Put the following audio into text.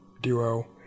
duo